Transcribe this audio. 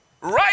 Right